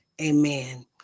amen